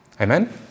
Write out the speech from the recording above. Amen